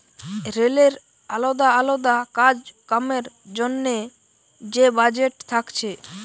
রেলের আলদা আলদা কাজ কামের জন্যে যে বাজেট থাকছে